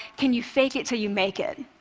can you fake it till you make it?